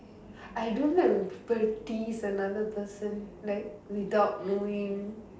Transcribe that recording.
I don't like when people tease another person like without knowing